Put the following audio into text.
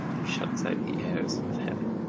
and shuts out the airs of heaven.